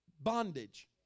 bondage